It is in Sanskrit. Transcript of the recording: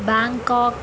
बेङ्काक्